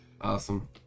Awesome